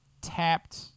tapped